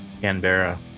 Canberra